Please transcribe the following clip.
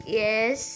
yes